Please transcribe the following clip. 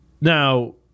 Now